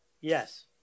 Yes